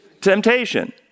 temptation